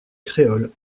créole